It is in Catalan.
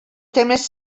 temes